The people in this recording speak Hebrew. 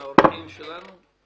מהאורחים שלנו משהו לומר?